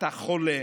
אתה חולה,